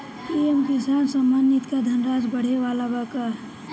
PM Kisan Samman Nidhi क धनराशि बढ़े वाला बा का?